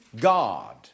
God